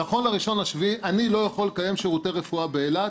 נכון ל-1 ביולי אני לא יכול לקיים שירותי רפואה באילת,